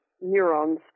neurons